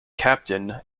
captained